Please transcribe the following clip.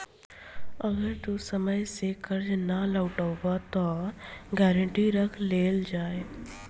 अगर तू समय से कर्जा ना लौटइबऽ त गारंटी रख लेवल जाई